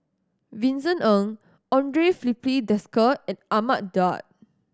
Vincent Ng Andre Filipe Desker and Ahmad Daud